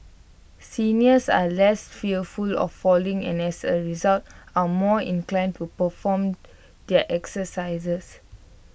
seniors are less fearful of falling and as A result are more inclined to perform their exercises